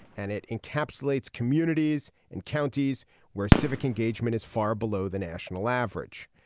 and it encapsulates communities and counties where civic engagement is far below the national average.